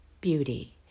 beauty